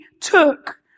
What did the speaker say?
took